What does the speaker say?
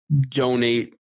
donate